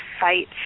fight